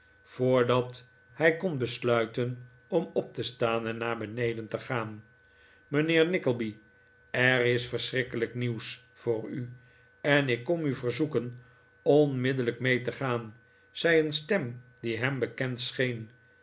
voordat hij kon besluiten om op te staan en naar beneden te gaan mijnheer nickleby er is verschrikkelijk nieuws voor u en ik kom u verzoeken onmiddellijk mee te gaan zei een stem die hem bekend scheen